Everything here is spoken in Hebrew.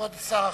כבוד שר החינוך,